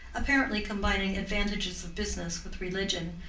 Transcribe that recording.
apparently combining advantages of business with religion,